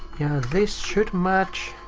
this should match.